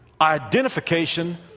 identification